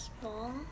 small